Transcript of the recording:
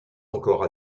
encore